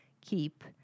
keep